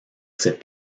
ses